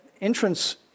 entrance